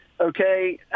okay